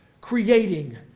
creating